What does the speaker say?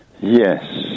Yes